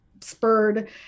spurred